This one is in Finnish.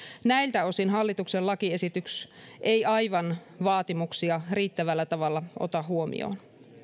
näiltä osin hallituksen lakiesitys ei vaatimuksia aivan riittävällä tavalla ota huomioon